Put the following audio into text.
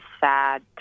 sad